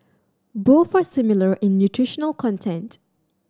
both are similar in nutritional content